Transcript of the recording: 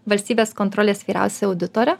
valstybės kontrolės vyriausia auditore